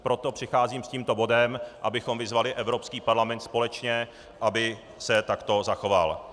Proto přicházím s tímto bodem, abychom vyzvali Evropský parlament společně, aby se takto zachoval.